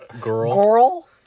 Girl